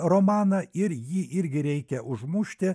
romaną ir jį irgi reikia užmušti